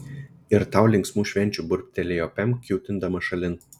ir tau linksmų švenčių burbtelėjo pem kiūtindama šalin